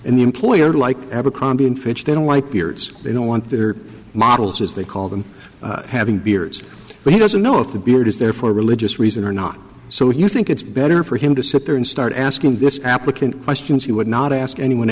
and the employer like abercrombie and fitch then white beards they don't want their models as they call them having beards but he doesn't know if the beard is there for religious reasons or not so you think it's better for him to sit there and start asking this applicant questions he would not ask anyone